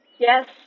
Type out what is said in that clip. Yes